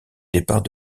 départ